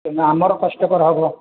କିନ୍ତୁ ଆମର କଷ୍ଟକର ହେବ